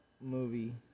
movie